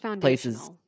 places